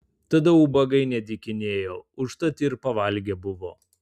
tada ubagai nedykinėjo užtat ir pavalgę buvo